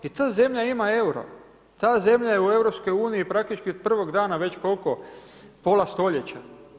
I ta zemlja ima euro, ta zemlja je u EU praktički od prvog dana, već koliko, pola stoljeća.